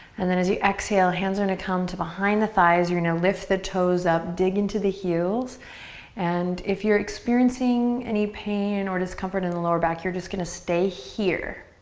and then as you exhale, hands are gonna come to behind the thighs. you're gonna lift the toes up, dig into the heels and if you're experiencing any pain or discomfort in lower back, you're just gonna stay here.